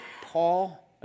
Paul